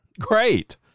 Great